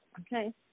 okay